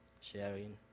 sharing